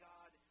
God